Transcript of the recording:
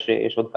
יש עוד כמה,